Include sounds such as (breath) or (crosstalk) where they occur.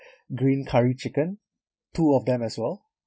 (breath) green curry chicken two of them as well